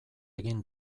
egin